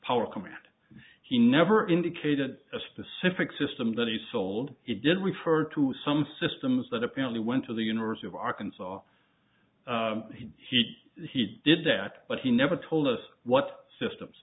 command he never indicated a specific system that he sold he did refer to some systems that apparently went to the university of arkansas he he did that but he never told us what systems